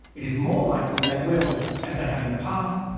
it is more likely they will, as they have in the past,